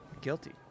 guilty